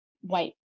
white